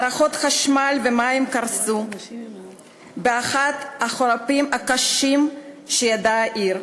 מערכות חשמל ומים קרסו באחד החורפים הקשים שידעה העיר.